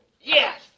Yes